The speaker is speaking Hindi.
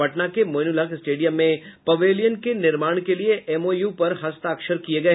पटना के मोईनुलहक स्टेडियम में पवेलियन का निर्माण के लिए एमओयू पर हस्ताक्षर किये गये